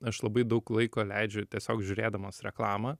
aš labai daug laiko leidžiu tiesiog žiūrėdamas reklamą